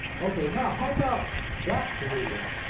okay, now how about that blue one,